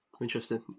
Interesting